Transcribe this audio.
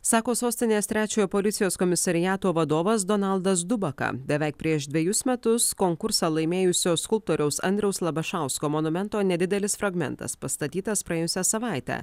sako sostinės trečiojo policijos komisariato vadovas donaldas dubaka beveik prieš dvejus metus konkursą laimėjusio skulptoriaus andriaus labašausko monumento nedidelis fragmentas pastatytas praėjusią savaitę